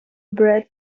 bred